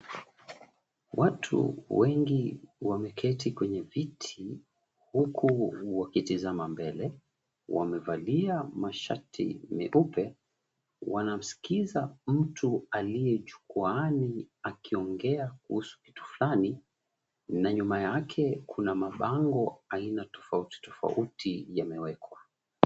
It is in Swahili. Watu wengi wameketi kwenye viti huku wakitizama mbele. Wamevalia mashati meupe. Wanamsikiza mtu aliye jukwaani akiongea kuhusu kitu fulani, na nyuma yake kuna mabango aina tofauti tofauti yamewekwa.